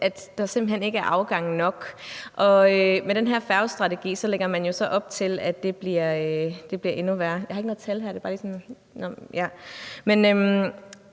at der simpelt hen ikke er afgange nok, og at man med den her færgestrategi jo så lægger op til, at det bliver endnu værre, og jeg har ikke noget tal på